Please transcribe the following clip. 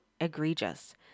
egregious